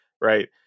Right